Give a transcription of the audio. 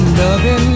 loving